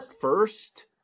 first